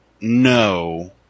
no